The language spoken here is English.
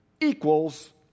equals